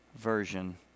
version